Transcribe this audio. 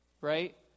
right